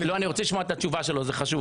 לא, אני רוצה לשמוע את התשובה שלו, זה חשוב.